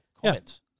comments